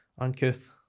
uncouth